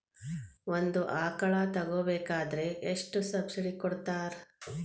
ಒಂದು ಆಕಳ ತಗೋಬೇಕಾದ್ರೆ ಎಷ್ಟು ಸಬ್ಸಿಡಿ ಕೊಡ್ತಾರ್?